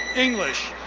english.